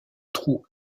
trou